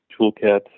toolkit